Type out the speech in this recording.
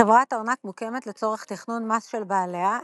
חברת ארנק מוקמת לצורך תכנון מס של בעליה,